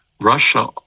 Russia